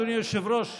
אדוני היושב-ראש,